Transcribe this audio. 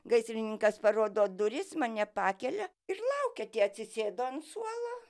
gaisrininkas parodo duris mane pakelia ir laukia tie atsisėdo ant suolo